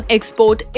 Export